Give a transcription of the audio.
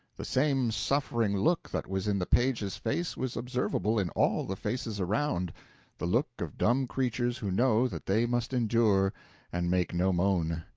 the same suffering look that was in the page's face was observable in all the faces around the look of dumb creatures who know that they must endure and make no moan.